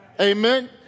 Amen